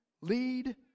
lead